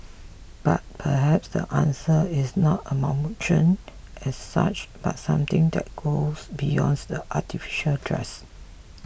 but perhaps the answer is not an amalgamation as such but something that goes beyond the artificial dress